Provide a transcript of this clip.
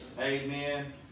Amen